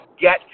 get